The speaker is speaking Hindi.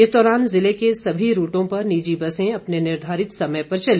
इस दौरान जिले के सभी रूटों पर निजी बसें अपने निर्धारित समय पर चली